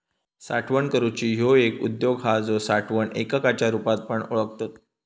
साठवण करूची ह्यो एक उद्योग हा जो साठवण एककाच्या रुपात पण ओळखतत